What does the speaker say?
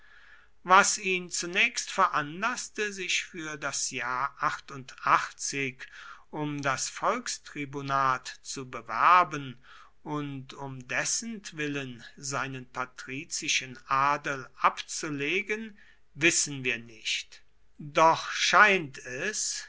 was ihn zunächst veranlaßte sich für das jahr um das volkstribunat zu bewerben und um dessentwillen seinen patrizischen adel abzulegen wissen wir nicht doch scheint es